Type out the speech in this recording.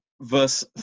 Verse